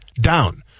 down